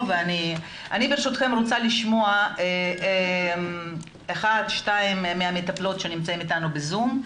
אני רוצה לשמוע את המטפלות שנמצאות אתנו ב-זום.